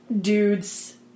dudes